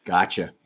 Gotcha